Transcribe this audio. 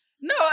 no